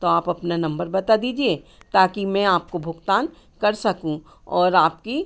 तो आप अपना नंबर बता दीजिए ताकि मे आपको भुगतान कर सकूँ और आपकी